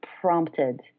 prompted